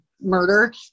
murder